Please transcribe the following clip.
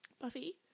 Buffy